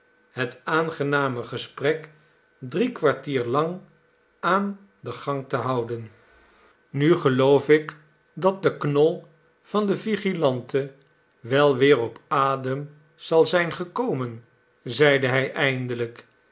het aangename gesprek drie kwartier lang aan den gang te houden kit weder teoenover den gommensaal nu geloof ik dat de knol van de vigilante wel weer op adem zal zijn gekomen zeide hij eindelijk